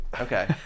okay